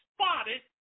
spotted